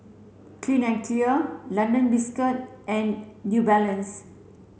Clean and Clear London Biscuits and New Balance